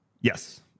Yes